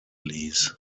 ließ